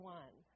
one